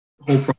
whole